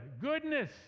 goodness